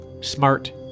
Smart